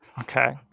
Okay